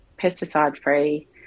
pesticide-free